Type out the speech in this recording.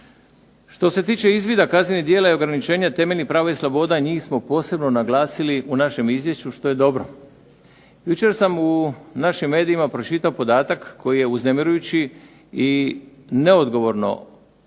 Što se tiče izvida kaznenih djela, i ograničenja temeljnih prava i sloboda, njih smo posebno naglasili u našem izvješću što je dobro. Jučer sam u našim medijima pročitao podatak koji je uznemirujući i neodgovorno, moram